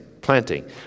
Planting